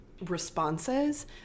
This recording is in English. responses